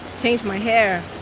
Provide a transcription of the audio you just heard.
change my hair,